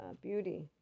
beauty